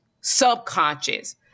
subconscious